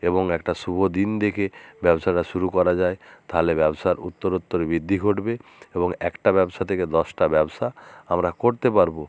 এবং একটা শুভ দিন দেখে ব্যবসাটা শুরু করা যায় তাহলে ব্যবসার উত্তরোত্তর বৃদ্ধি ঘটবে এবং একটা ব্যবসা থেকে দশটা ব্যবসা আমরা করতে পারবো